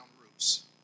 roots